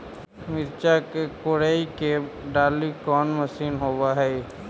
मिरचा के कोड़ई के डालीय कोन मशीन होबहय?